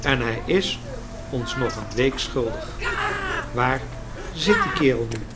en hij is ons nog een week schuldig waar zit die kerel nu